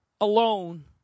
alone